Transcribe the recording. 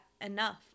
enough